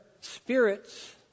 spirits